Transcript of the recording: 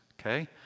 okay